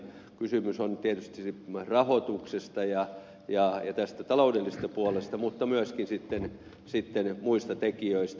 kysymys on tietysti myös rahoituksesta ja tästä taloudellisesta puolesta mutta myöskin sitten muista tekijöistä